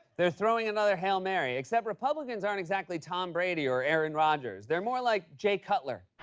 they're throwing another hail mary. except republicans aren't exactly tom brady or aaron rodgers. they're more like jay cutler.